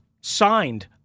signed